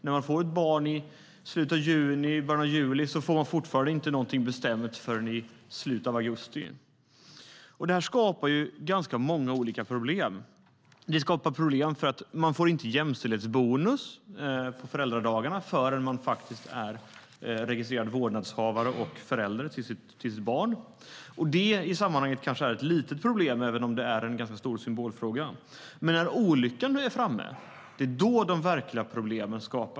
När man får ett barn i slutet av juni eller början av juli får man möjligen inte någonting bestämt förrän i slutet av augusti. Detta skapar ganska många olika problem. Man får inte jämställdhetsbonus på föräldradagarna förrän man är registrerad vårdnadshavare och förälder till sitt barn. Det är kanske ett litet problem i sammanhanget, även om det är en ganska stor symbolfråga. Men om olyckan är framme skapas de verkliga problemen.